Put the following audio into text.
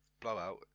blowout